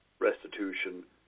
Restitution